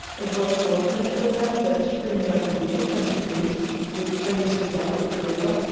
it was fortunate for them that, screened by the bushes and trees which fringed the bank of the river,